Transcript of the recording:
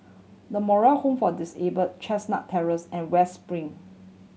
The Moral Home for Disabled Chestnut Terrace and West Spring